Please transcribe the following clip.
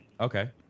Okay